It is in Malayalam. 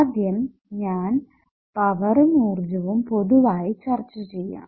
ആദ്യം ഞാൻ പവറും ഊർജ്ജവും പൊതുവായി ചർച്ച ചെയ്യാം